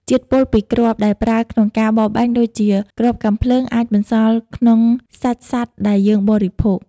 ជាតិពុលពីគ្រាប់ដែលប្រើក្នុងការបរបាញ់ ដូចជាគ្រាប់កាំភ្លើង អាចបន្សល់ក្នុងសាច់សត្វដែលយើងបរិភោគ។